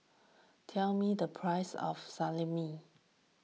tell me the price of Salami